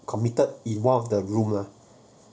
committed in one of the room lah